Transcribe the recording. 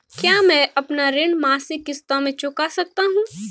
क्या मैं अपना ऋण मासिक किश्तों में चुका सकता हूँ?